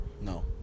No